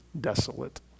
desolate